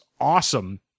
awesome